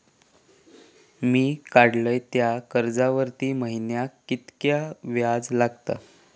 मी काडलय त्या कर्जावरती महिन्याक कीतक्या व्याज लागला?